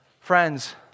Friends